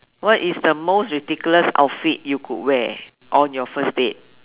what is the most ridiculous outfit you could wear on your first date